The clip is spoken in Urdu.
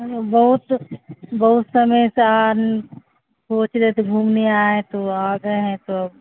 بہت بہت سمے سے آ سوچ رہے تو گھومنے آئے تو آ گئے ہیں تو